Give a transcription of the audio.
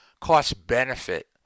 cost-benefit